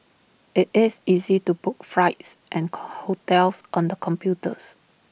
IT is easy to book flights and hotels on the computers